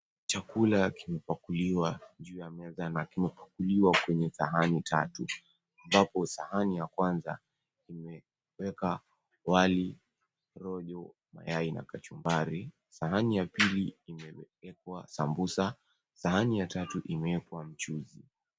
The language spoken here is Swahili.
Chakula kimepakuliwa juu ya meza na kimepakuliwa kwenye sahani tatu ambapo sahani ya kwanza imewekwa wali, rojo, mayai na kachumbari; sahani ya pili imewekwa sambusa; sahani ya tatu imewekwa mchuzi.